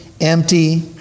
empty